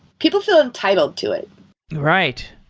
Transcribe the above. people feel entitled to it right.